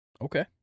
Okay